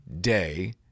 day